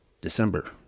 December